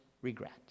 regret